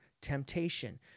temptation